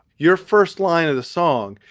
your first line of the song,